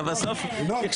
הישיבה ננעלה בשעה 11:12.